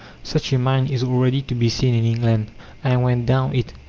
such a mine is already to be seen in england i went down it.